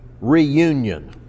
reunion